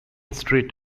street